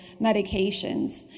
medications